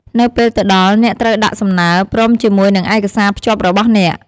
នៅពេលទៅដល់ អ្នកត្រូវដាក់សំណើរ ព្រមជាមួយនិងឯកសារភ្ជាប់របស់អ្នក។